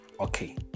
okay